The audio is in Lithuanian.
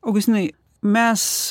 augustinai mes